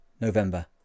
November